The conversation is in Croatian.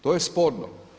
To je sporno.